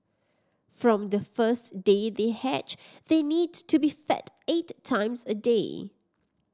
from the first day they hatch they need to be fed eight times a day